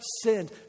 sinned